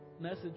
message